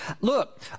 Look